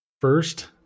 first